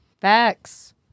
Facts